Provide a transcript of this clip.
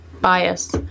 bias